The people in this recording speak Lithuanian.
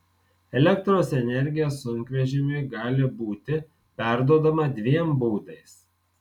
elektros energija sunkvežimiui gali būti perduodama dviem būdais